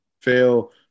fail